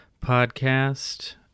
podcast